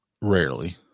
Rarely